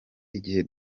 igihe